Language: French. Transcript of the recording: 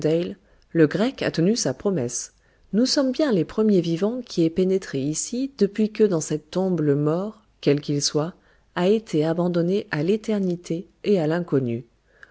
le grec a tenu sa promesse nous sommes bien les premiers vivants qui aient pénétré ici depuis que dans cette tombe le mort quel qu'il soit a été abandonné à l'éternité et à l'inconnu